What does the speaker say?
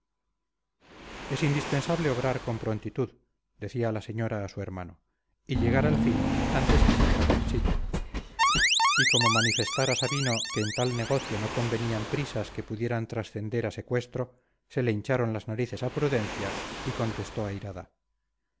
es indispensable obrar con prontitud decía la señora a su hermano y llegar al fin antes que se acabe el sitio y como manifestara sabino que en tal negocio no convenían prisas que pudieran transcender a secuestro se le hincharon las narices a prudencia y contestó airada